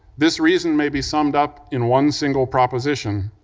this reason may be summed up in one single proposition.